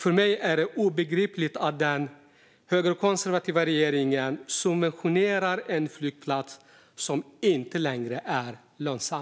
För mig är det obegripligt att den högerkonservativa regeringen subventionerar en flygplats som inte längre är lönsam.